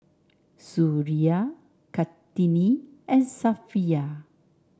Suria Kartini and Safiya